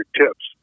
tips